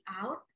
out